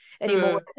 anymore